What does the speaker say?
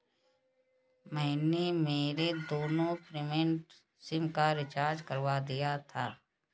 मैंने मेरे दोनों प्रीपेड सिम का रिचार्ज करवा दिया था